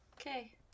Okay